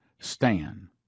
STAN